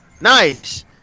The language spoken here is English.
Nice